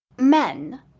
men